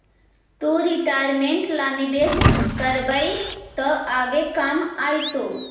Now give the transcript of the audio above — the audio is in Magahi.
तु रिटायरमेंट ला निवेश करबअ त आगे काम आएतो